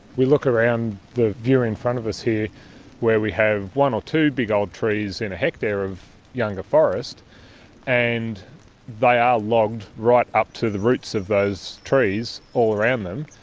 we look around the view in front of us here where we have one or two big old trees in a hectare of younger forest and they are logged right up to the roots of those trees all around them,